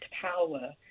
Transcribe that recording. power